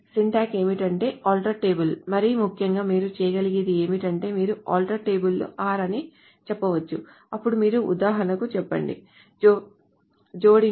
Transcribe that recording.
syntax ఏమిటంటే alter table మరియు ముఖ్యంగా మీరు చేయగలిగేది ఏమిటంటే మీరు ఆల్టర్ టేబుల్ r అని చెప్పవచ్చు అప్పుడు మీరు ఉదాహరణకు చెప్పండి జోడించు